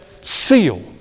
seal